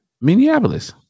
Minneapolis